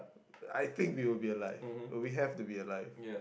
I think will be like will be have to be like